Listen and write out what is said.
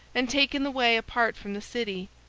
and taken the way apart from the city.